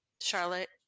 Charlotte